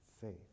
faith